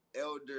elder